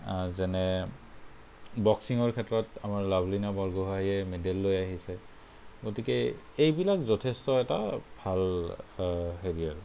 যেনে বক্সিঙৰ ক্ষেত্ৰত আমাৰ লাভলিনা বৰগোহাঞিয়ে মেডেল লৈ আনিছে গতিকে এইবিলাক যথেষ্ট এটা ভাল হেৰি আৰু